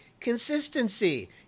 Consistency